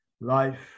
life